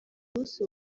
munsi